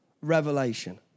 revelation